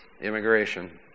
immigration